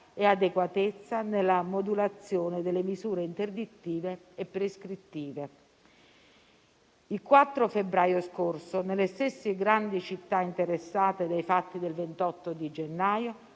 e adeguatezza nella modulazione delle misure interdittive e prescrittive. Il 4 febbraio scorso, nelle stesse grandi città interessate dai fatti del 28 gennaio